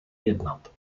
jednat